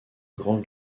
grand